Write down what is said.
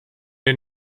den